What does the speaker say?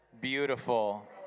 Beautiful